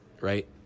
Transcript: right